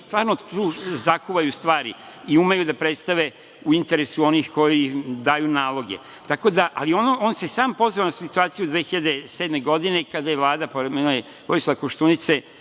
stvarno tu zakuvaju stvari i umeju da predstave u interesu onih koji daju naloge. Ali on se sam pozvao na situaciju 2007. godine kada je Vlada Vojislava Koštunice,